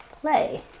play